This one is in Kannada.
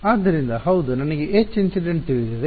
ಆದ್ದರಿಂದ ಹೌದು ನನಗೆ Hinc ತಿಳಿದಿದೆ